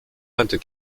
vingt